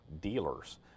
dealers